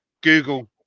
Google